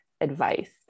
advice